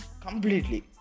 Completely